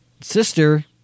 sister